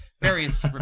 various